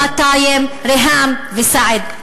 2,200 ריהאם וסעד.